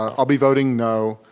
um i'll be voting no.